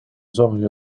sommige